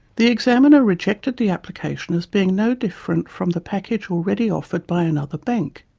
the examiner rejected the application as being no different from the package already offered by another bank.